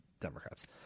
Democrats